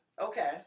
Okay